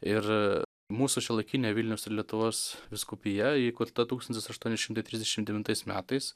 ir mūsų šiuolaikinė vilniaus ir lietuvos vyskupija įkurta tūkstantis aštuoni šimtai trisdešim devintais metais